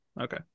Okay